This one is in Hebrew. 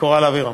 וקורל אבירם.